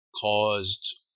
caused